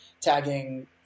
tagging